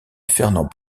fernand